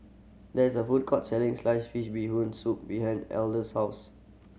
there is a food court selling sliced fish Bee Hoon Soup behind house